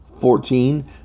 Fourteen